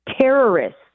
terrorists